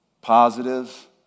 positive